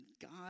God